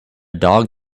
dog